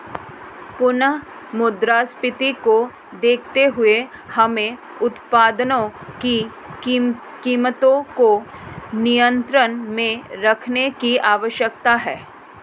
पुनः मुद्रास्फीति को देखते हुए हमें उत्पादों की कीमतों को नियंत्रण में रखने की आवश्यकता है